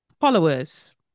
followers